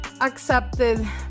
accepted